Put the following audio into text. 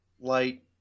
light